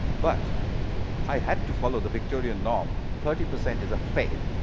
but i had to follow the victorian norm. thirty percent is a fail.